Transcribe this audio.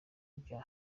bya